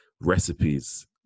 recipes